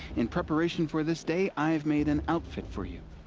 in preparation for this day i've made an outfit for you.